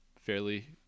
fairly